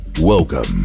Welcome